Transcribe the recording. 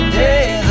days